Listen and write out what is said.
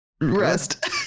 rest